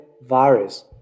virus